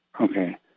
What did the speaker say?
Okay